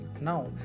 now